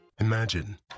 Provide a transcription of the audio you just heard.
Imagine